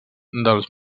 dels